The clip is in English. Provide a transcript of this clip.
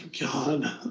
God